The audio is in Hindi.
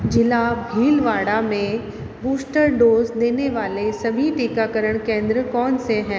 जिला भीलवाड़ा में बूस्टर डोज़ देने वाले सभी टीकाकरण केंद्र कौन से हैं